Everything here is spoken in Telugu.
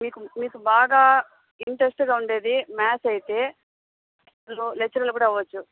మీకు మీకు బాగా ఇంట్రెస్ట్గా ఉండేది మ్యాథ్స్ అయితే లో లెక్చరర్ కూడా అవ్వచ్చు